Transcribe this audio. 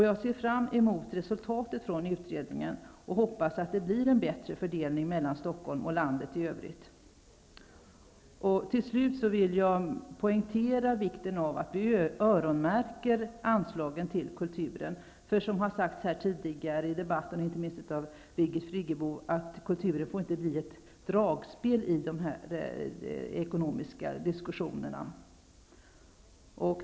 Jag ser fram emot resultatet av den utredningen. Dessutom hoppas jag att det blir en bättre fördelning mellan Stockholm och landet i övrigt. Till slut vill jag poängtera vikten av att vi öronmärker anslagen till kulturen. Det har sagts tidigare i den här debatten, inte minst av Birgit Friggebo, att kulturen inte får bli ett dragspel i de ekonomiska diskussionerna.